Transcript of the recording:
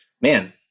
Man